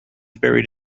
buried